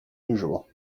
usual